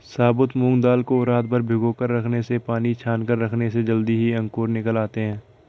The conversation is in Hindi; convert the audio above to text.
साबुत मूंग दाल को रातभर भिगोकर रखने से पानी छानकर रखने से जल्दी ही अंकुर निकल आते है